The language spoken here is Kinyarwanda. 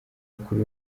mukuru